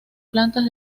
plantas